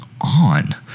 on